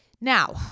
Now